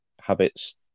habits